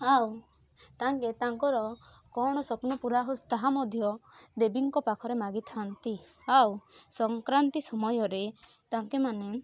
ଆଉ ତାଙ୍କେ ତାଙ୍କର କ'ଣ ସ୍ୱପ୍ନ ପୁରା ହୋଉ ତାହା ମଧ୍ୟ ଦେବୀଙ୍କ ପାଖରେ ମାଗିଥାନ୍ତି ଆଉ ସଂକ୍ରାନ୍ତି ସମୟରେ ତାଙ୍କେମାନେ